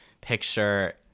picture